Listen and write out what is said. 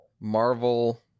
marvel